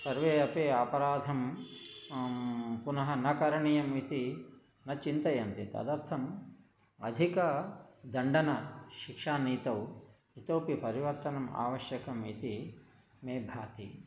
सर्वे अपि अपराधः पुनः न करणीयः इति न चिन्तयन्ति तदर्थम् अधिकदण्डनं शिक्षानीतौ इतोपि परिवर्तनम् आवश्यकम् इति मे भाति